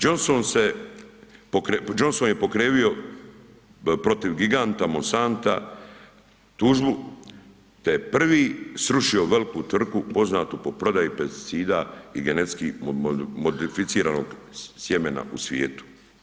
Johnson se, Johnson je pokrenuo protiv giganta Monsanta tužbu, te je prvi srušio veliku tvrtku poznatu po prodaji pesticida i genetski modificiranog sjemena u svijetu.